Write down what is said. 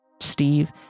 Steve